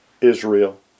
Israel